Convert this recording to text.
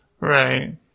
Right